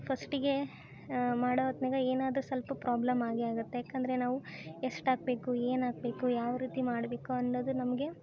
ಫಸ್ಟಿಗೆ ಮಾಡೋ ಹೊತ್ನ್ಯಾಗ ಏನಾದರೂ ಸ್ವಲ್ಪ ಪ್ರಾಬ್ಲಮ್ ಆಗೇ ಆಗುತ್ತೆ ಯಾಕಂದರೆ ನಾವು ಎಷ್ಟು ಹಾಕ್ಬೇಕು ಏನು ಹಾಕ್ಬೇಕು ಯಾವ ರೀತಿ ಮಾಡಬೇಕು ಅನ್ನೋದು ನಮಗೆ